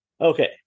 Okay